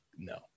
no